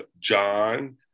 john